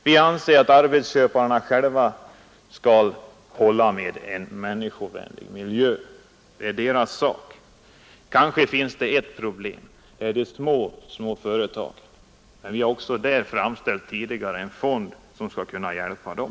Vi anser att arbetsköparna själva skall tillhandahålla en människovänlig miljö. Det är deras sak. Kanske finns det där ett problem, nämligen de små företagen, men där har vi tidigare framställt krav om upprättande av en fond, som skall kunna hjälpa dem.